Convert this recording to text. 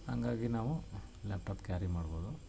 ಹಾಗಾಗಿ ನಾವು laptop carry ಮಾಡ್ಬೋದು